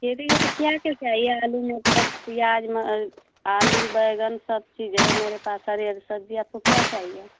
क्या क्या चाहिए आलू मटर प्याज़ आलू बैंगन सब चीज़ है मेरे पास सारी सब्ज़ी आपको क्या चाहिए